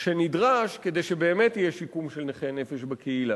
שנדרש כדי שבאמת יהיה שיקום של נכי נפש בקהילה.